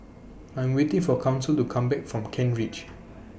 I'm waiting For Council to Come Back from Kent Ridge